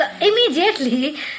immediately